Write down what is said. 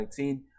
2019